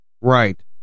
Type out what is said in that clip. right